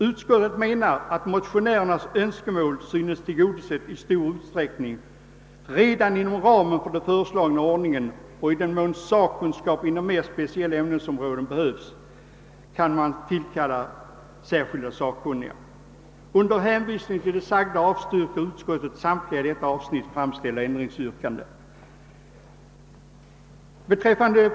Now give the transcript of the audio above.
Utskottet menar att motionärernas önskemål sålunda synes tillgodoses i stor utsträckning redan inom ramen för den föreslagna ordningen, och i den mån sakkunskap inom mer speciella ämnesområden behövs kan särskilda sakkunniga tillkallas. Under hänvisning till det sagda avstyrker utskottet samtliga i detta avsnitt framställda ändringsyrkanden.